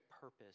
purpose